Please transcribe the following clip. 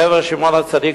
קבר שמעון הצדיק,